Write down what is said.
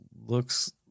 looks